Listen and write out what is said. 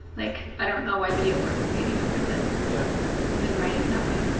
like, i don't know why video work would be any different than yeah than writing in that way.